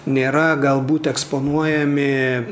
nėra galbūt eksponuojami